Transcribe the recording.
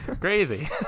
Crazy